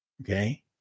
okay